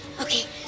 Okay